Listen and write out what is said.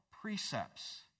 precepts